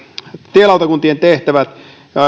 tielautakuntien tehtävät